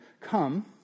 Come